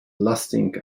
lasting